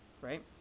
right